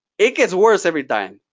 it gets worse every time.